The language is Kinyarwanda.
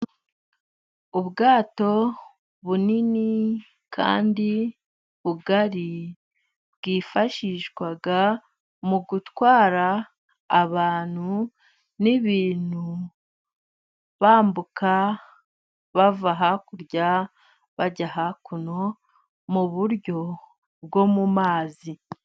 Ubwato bunini kandi bugari, bwifashishwa mu gutwara abantu n'ibintu, bambuka bava hakurya bajya hakuno muburyo bwo mu mazi.